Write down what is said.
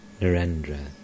Narendra